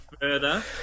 further